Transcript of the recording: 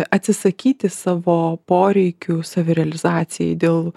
atsisakyti savo poreikių savirealizacijai dėl